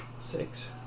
Six